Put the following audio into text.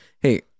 Hey